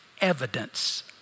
evidence